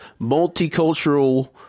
multicultural